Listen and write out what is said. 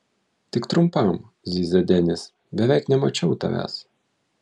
tik trumpam zyzia denis beveik nemačiau tavęs